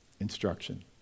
instruction